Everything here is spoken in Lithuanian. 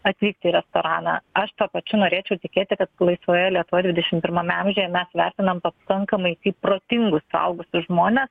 atvykti į restoraną aš tuo pačiu norėčiau tikėti kad laisvoje lietuvoje dvidešim pirmame amžiuje mes lepinam pakankamai tik protingus suaugusius žmones